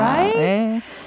Right